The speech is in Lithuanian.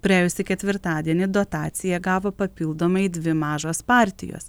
praėjusį ketvirtadienį dotaciją gavo papildomai dvi mažos partijos